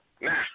Now